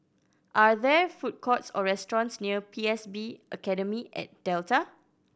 are there food courts or restaurants near P S B Academy at Delta